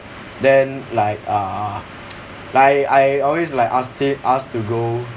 then like uh like I always like asked hi~ asked to go